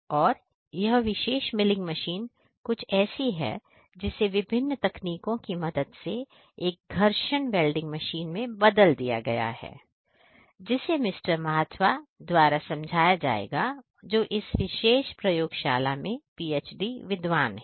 और यह विशेष मिलिंग मशीन कुछ ऐसी है जिसे विभिन्न तकनीकों की मदद से एक घर्षण वेल्डिंग मशीन में बदल दिया गया है जिसे मिस्टर महाथ्वा द्वारा समझाया जाएगा जो इस विशेष प्रयोगशाला में PhD विद्वान हैं